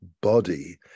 body